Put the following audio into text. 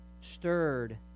stirred